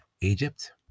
Egypt